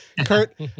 Kurt